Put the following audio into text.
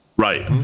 Right